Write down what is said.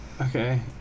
Okay